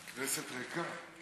הכנסת ריקה.